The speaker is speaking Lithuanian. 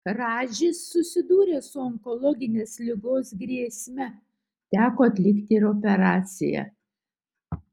radžis susidūrė su onkologinės ligos grėsme teko atlikti ir operaciją